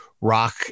rock